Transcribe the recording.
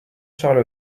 charles